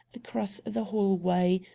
across the hallway,